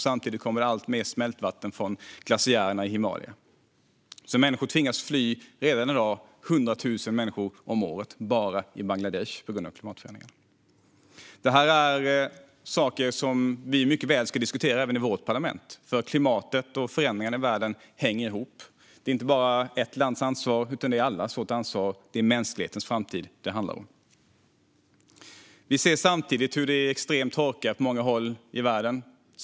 Samtidigt kommer det alltmer smältvatten från glaciärerna i Himalaya. Människor tvingas fly redan i dag - 100 000 människor om året bara i Bangladesh - på grund av klimatförändringarna. Detta är saker som vi mycket väl ska diskutera även i vårt parlament, för klimatet och förändringarna i världen hänger ihop. Det är inte bara ett lands ansvar, utan det är allas vårt ansvar. Det är mänsklighetens framtid det handlar om. Vi ser samtidigt hur det är extrem torka på många håll i världen.